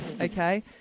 okay